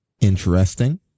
Interesting